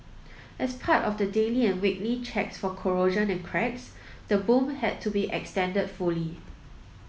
as part of the daily and weekly checks for corrosion and cracks the boom had to be extended fully